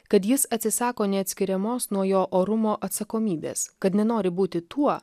kad jis atsisako neatskiriamos nuo jo orumo atsakomybės kad nenori būti tuo